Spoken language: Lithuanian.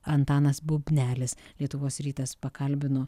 antanas bubnelis lietuvos rytas pakalbino